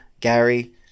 Gary